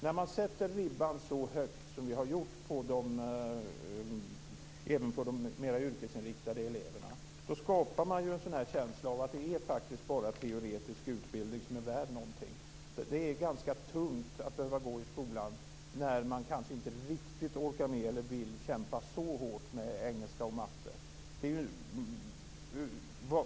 När man sätter ribban så högt som vi har gjort även för de mer yrkesinriktade eleverna skapar man en känsla av att det faktiskt bara är teoretisk utbildning som är värd någonting. Det är ganska tungt att behöva gå i skolan när man kanske inte riktigt orkar med eller vill kämpa så hårt med engelska och matte.